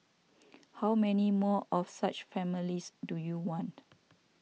how many more of such families do you want